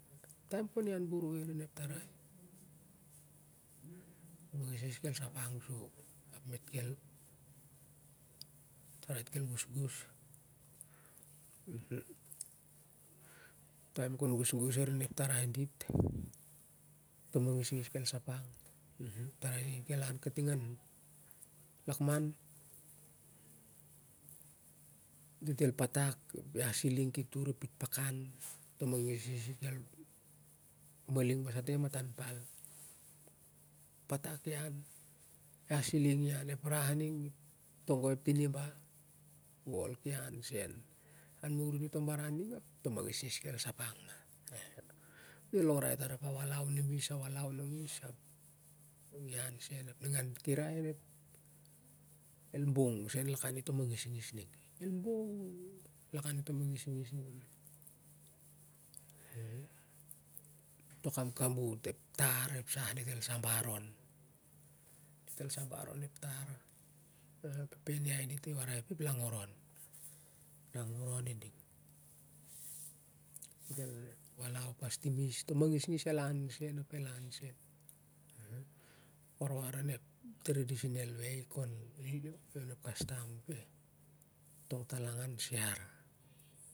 Taim kon ian boroi arin ep tarai to mangisgis kel sa pang sow mit kel ep tarai dit kel gosgos taim kou gosgos arin ep tarai dit to mangisgis kel sapang sow tarai dit kel in kating an lakman dit el pat k siling ki tur ep pitpakan to mangigis dit elmaling basa ting an matau pal patak i an ep iah sel ing i tur sow ep ian ning ep tiniba ep wok ki auseu an marai i ning toboroi ning to mangisgis kel sap ang ma del longrai tau ap e walau nongis walau nimis kirai el bong seu an lakan in to mangisgis ning to kam kabut ep tar ep tar del sabar on ep pep en iai dit di warai ep langoron del walau pas timis to mangisgis el lan seu warwar onep traditi onal way kon tol ep kastam